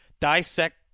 dissect